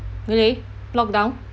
really locked down